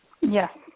Yes